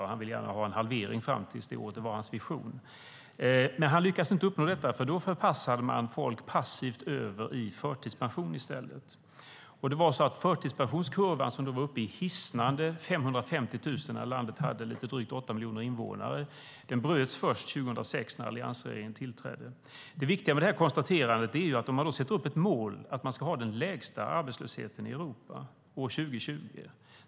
Han ville gärna ha en halvering; det var hans vision. Men han lyckades inte uppnå det, för man förpassade i stället folk passivt över i förtidspension. Förtidspensionskurvan, som då var uppe i hisnande 550 000 när landet hade lite drygt åtta miljoner invånare, bröts först 2006 när alliansregeringen tillträdde. Det viktiga med detta konstaterande är att det blir lite bedrägligt att sätta upp ett mål om att man ska ha den lägsta arbetslösheten i Europa år 2020.